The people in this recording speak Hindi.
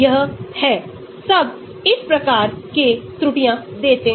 अगर आप फ्लोरो को बहुत कम सिग्मा और pi को देखें